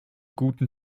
guten